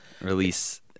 release